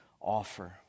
offer